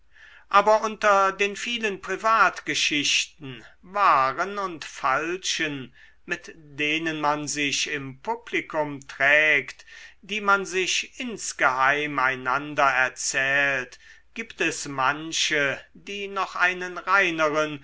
aber unter den vielen privatgeschichten wahren und falschen mit denen man sich im publikum trägt die man sich insgeheim einander erzählt gibt es manche die noch einen reineren